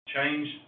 Change